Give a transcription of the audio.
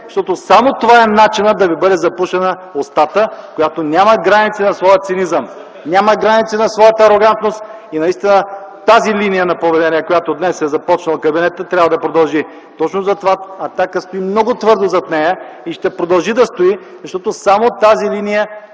защото само това е начина да ви бъде запушена устата, която няма граници на своя цинизъм, няма граници на своята арогантност и наистина тази линия на поведение, която днес е започнал кабинетът, трябва да продължи. Точно за това „Атака” стои много твърдо зад нея и ще продължи да стои, защото само тази линия